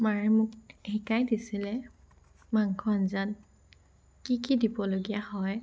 মায়ে মোক শিকাই দিছিলে মাংস আঞ্জাত কি কি দিবলগীয়া হয়